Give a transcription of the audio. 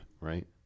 right